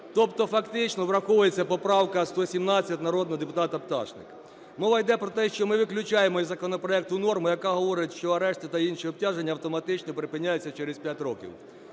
Тобто фактично враховується поправка 117 народного депутата Пташник. Мова йде про те, що ми виключаємо із законопроекту норму, яка говорить, що арешти та інші обтяження автоматично припиняються через 5 років.